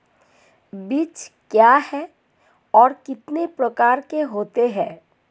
बीज क्या है और कितने प्रकार के होते हैं?